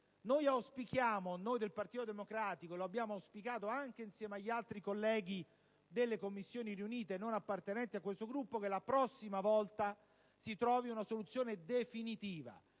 del cratere. Noi del Partito Democratico auspichiamo (e lo abbiamo auspicato anche insieme agli altri colleghi delle Commissioni riunite non appartenenti al nostro Gruppo) che la prossima volta si trovi una soluzione definitiva.